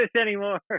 anymore